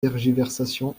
tergiversations